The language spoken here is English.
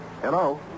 Hello